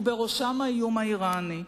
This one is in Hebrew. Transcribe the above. ובראשם האיום האירני,